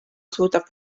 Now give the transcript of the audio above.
suudab